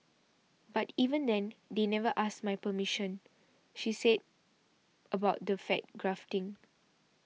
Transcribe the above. but even then they never asked my permission she said about the fat grafting